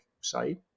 site